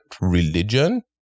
religion